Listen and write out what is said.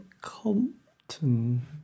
Compton